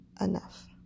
enough